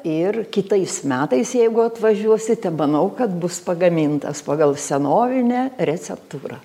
ir kitais metais jeigu atvažiuosite manau kad bus pagamintas pagal senovinę receptūrą